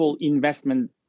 investment